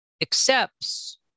accepts